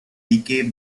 decay